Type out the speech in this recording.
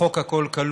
חוק "הכול כלול".